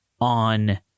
on